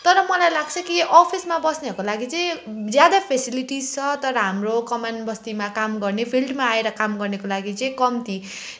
तर मलाई लाग्छ कि यो अफिसमा बस्नेहरूको लागि चाहिँ ज्यादा फेसिलिटिस छ तर हाम्रो कमानबस्तीमा काम गर्ने फिल्डमा आएर काम गर्नेको लागि चाहिँ कम्ती